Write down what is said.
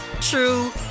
true